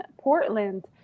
Portland